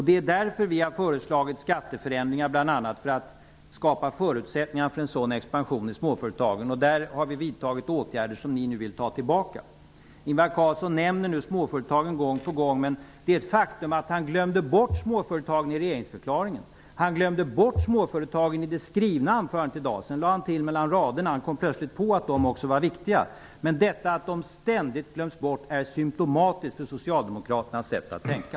Det är därför vi har föreslagit skatteförändringar, bl.a. för att skapa förutsättningar för en sådan expansion i småföretagen. Där har vi vidtagit åtgärder som ni nu vill ta tillbaka. Ingvar Carlsson nämner nu småföretagen gång på gång, men det är ett faktum att han glömde bort dem i regeringsförklaringen. Han glömde också bort dem i det skrivna anförandet i dag, och han lade till dem mellan raderna - han kom plötsligt på att de också var viktiga. Detta att småföretagen ständigt glöms bort är symtomatiskt för Socialdemokraternas sätt att tänka.